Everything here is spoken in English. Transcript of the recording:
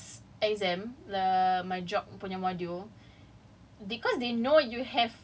but that's the worst like I did that for my previous exam err my job punya module